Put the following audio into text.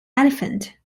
elephant